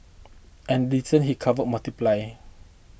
and distances he covered multiplied